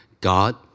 God